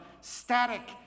static